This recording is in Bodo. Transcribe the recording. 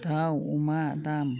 दाउ अमा दाम